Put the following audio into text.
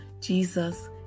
Jesus